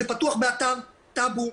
זה פתוח באתר טאבו,